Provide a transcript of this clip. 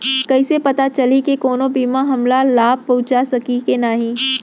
कइसे पता चलही के कोनो बीमा हमला लाभ पहूँचा सकही के नही